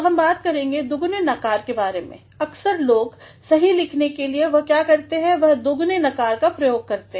तो हम बातें करेंगे दुगुनेनकार के बारे में भी अक्सर लोग सही लिखने के लिए वह क्या करते हैं वह दोगुने नकार का उपयोग करते हैं